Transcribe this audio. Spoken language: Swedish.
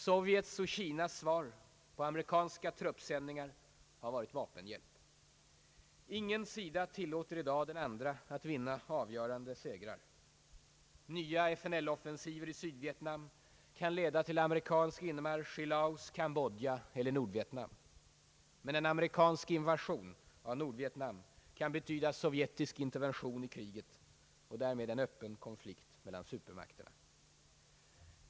Sovjets och Kinas svar på amerikanska truppsändningar har varit vapenhjälp. Ingen sida tillåter i dag den andra att vinna avgörande segrar. Nya FNL-offensiver i Sydvietnam kan leda till amerikansk inmarsch i Laos, Kambodja eller Nordvietnam. Men en amerikansk invasion av Nordvietnam kan betyda sovjetisk intervention i kriget — och därmed öppen konflikt mellan supermakterna.